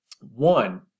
One